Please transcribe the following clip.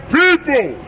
people